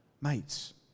mates